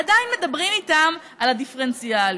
עדיין מדברים איתם על הדיפרנציאליות.